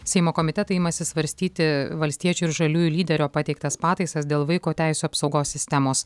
seimo komitetai imasi svarstyti valstiečių ir žaliųjų lyderio pateiktas pataisas dėl vaiko teisių apsaugos sistemos